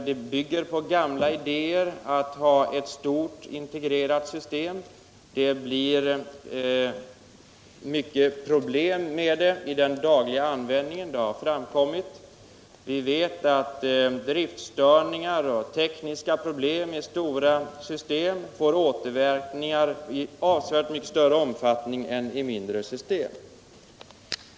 Uppfattningen att det skulle vara fördelaktigt med ett stort, integrerat system bygger på gamla idéer och det har framkommit att ett sådant system skapar många problem i den dagliga användningen. Vi vet att driftstörningar och tekniska problem i stora system får återverkningar i avsevärt större omfattning än de får i mindre system.